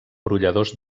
brolladors